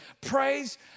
Praise